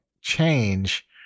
change